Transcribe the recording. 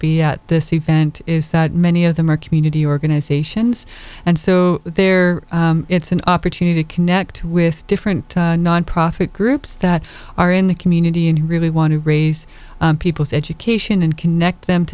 at this event is that many of them are community organizations and so there it's an opportunity to connect with different nonprofit groups that are in the community and who really want to raise people's education and connect them to